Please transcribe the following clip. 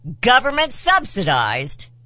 government-subsidized